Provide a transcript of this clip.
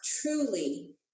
truly